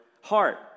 heart